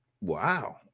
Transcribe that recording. wow